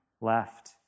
left